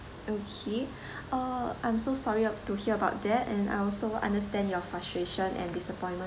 okay uh I'm so sorry to hear about that and I also understand your frustration and disappointment